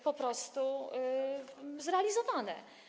po prostu zrealizowane.